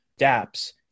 dApps